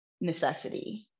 necessity